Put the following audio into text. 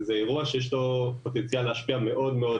זה אירוע שיש לו פוטנציאל להשפיע מאוד על